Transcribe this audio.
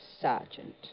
Sergeant